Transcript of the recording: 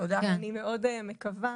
אני מאוד מקווה